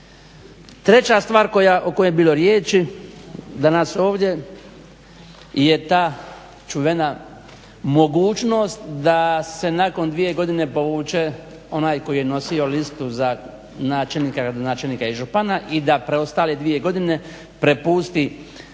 Treća stvar o kojoj je bilo riječi danas ovdje je ta čuvena mogućnost da se nakon dvije godine povuče onaj koji je nosio listu za načelnika i župana i da preostale dvije godine prepusti